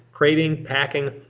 crating, packing.